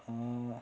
orh